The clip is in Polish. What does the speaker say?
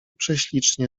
prześlicznie